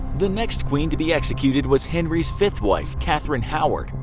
the next queen to be executed was henry's fifth wife, katherine howard.